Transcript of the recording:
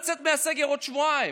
האמון שלהם בהתנהלות הזאת של הממשלה.